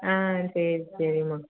ஆ சரி சரிம்மா